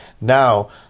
Now